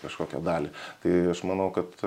kažkokią dalį tai aš manau kad